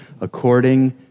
according